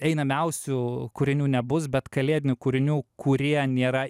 einamiausių kūrinių nebus bet kalėdinių kūrinių kurie nėra